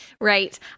Right